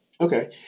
Okay